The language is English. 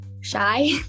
shy